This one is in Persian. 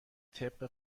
طبق